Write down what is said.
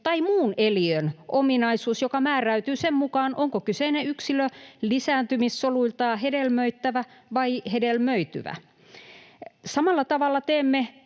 tai muun eliön ominaisuus, joka määräytyy sen mukaan, onko kyseinen yksilö lisääntymissoluiltaan hedelmöittävä vai hedelmöityvä. Samalla tavalla teemme